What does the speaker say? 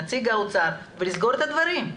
נציג האוצר ולסגור את הדברים.